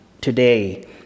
today